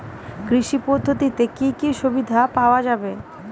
কৃষি পদ্ধতিতে কি কি সুবিধা পাওয়া যাবে?